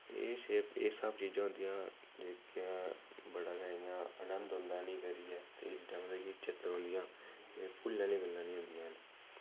एह् सब एह् सब चीजां होंदियां जेह्कियां बड़ा गै इयां आनंद औंदा इनेंगी करियै एह् जमदे गै चेता रौंह्दियां एह् भुल्लने आह्लियां गल्लां नी होंदियां हैन